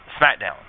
SmackDown